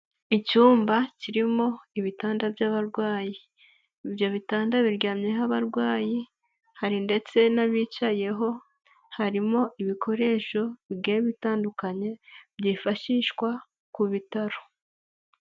Icyumba kirimo ibitanda by'abarwayi, ibyo bitanda biryamyeho abarwayi, hari ndetse n'abicayeho, harimo ibikoresho bigiye bitandukanye byifashishwa ku bitaro.